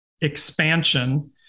expansion